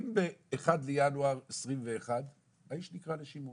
אם ב-1 לינואר 2021 האיש נקרא לשימוע